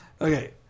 Okay